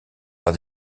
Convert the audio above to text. par